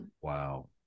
Wow